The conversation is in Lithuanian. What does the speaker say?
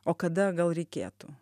o kada gal reikėtų